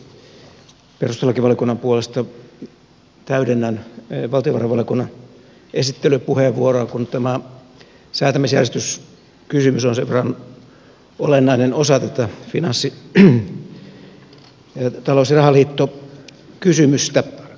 tosiaan tässä poikkeuksellisesti perustuslakivaliokunnan puolesta täydennän valtiovarainvaliokunnan esittelypuheenvuoroa kun tämä säätämisjärjestyskysymys on sen verran olennainen osa tätä talous ja rahaliittokysymystä